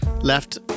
left